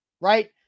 right